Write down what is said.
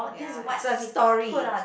ya it's like a story